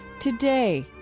today,